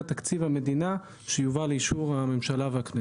תקציב המדינה שיובא לאישור הממשלה והכנסת.